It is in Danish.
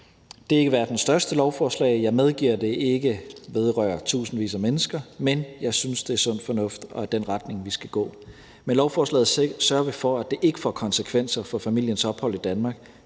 Det er ikke verdens største lovforslag, og jeg medgiver, at det ikke vedrører tusindvis af mennesker, men jeg synes, det er sund fornuft, og at det er den retning, vi skal gå. Med lovforslaget sørger vi for, at det ikke får konsekvenser for familiens ophold i Danmark,